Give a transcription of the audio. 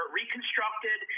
reconstructed